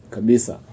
Kabisa